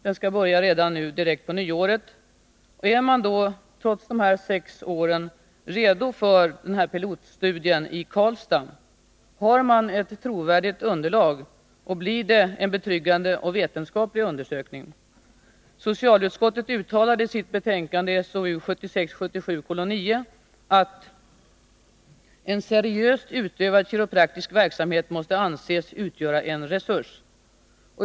Den skall börja direkt efter nyår. Är man trots de här sex åren redo för pilotstudien i Karlstad? Har man ett trovärdigt underlag? Blir det en betryggande och vetenskaplig undersökning? Socialutskottet uttalade i sitt betänkande SoU 1976/77:9 att en ”seriöst utövad kiropraktisk verksamhet måste därför anses utgöra en resurs”.